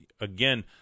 again